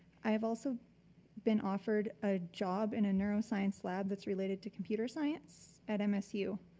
i have also been offered a job in a neuroscience lab that's related to computer science at msu.